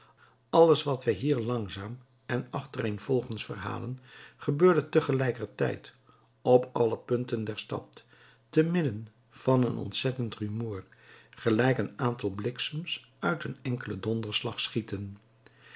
alles wat wij hier langzaam en achtereenvolgens verhalen gebeurde tegelijkertijd op alle punten der stad te midden van een ontzettend rumoer gelijk een aantal bliksems uit een enkelen donderslag schieten